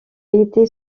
été